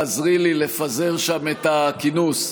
תעזרי לי לפזר שם את הכינוס,